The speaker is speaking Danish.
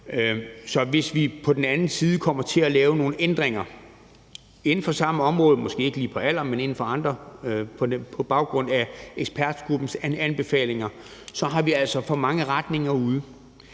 Så hvis vi kommer til at lave nogle ændringer inden for samme område, måske ikke lige i forhold til alder, men så inden for andre områder, på baggrund af ekspertgruppens anbefalinger, så peger det altså i for mange retninger.